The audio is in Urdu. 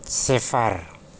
صفر